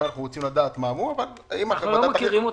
אנחנו בכלל לא מכירים אותם.